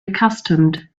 accustomed